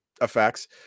effects